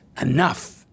enough